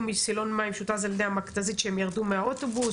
מסילון מים שהותז על ידי המכת"זית כשהם ירדו מהאוטובוס,